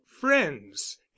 friends